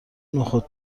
نخود